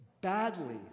badly